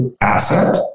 asset